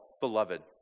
Beloved